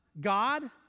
God